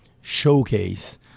showcase